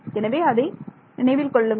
எனவே அதை நினைவில் கொள்ளுங்கள்